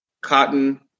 cotton